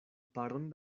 paron